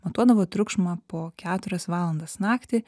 matuodavo triukšmą po keturias valandas naktį